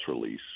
release